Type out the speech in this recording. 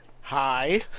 Hi